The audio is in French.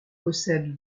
possède